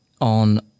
on